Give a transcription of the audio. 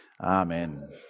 Amen